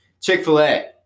Chick-fil-A